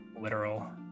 literal